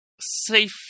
safe